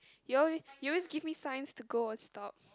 you always you always give me signs to go and stop